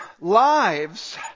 Lives